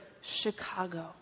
Chicago